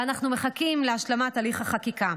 ואנחנו מחכים להשלמת הליך החקיקה,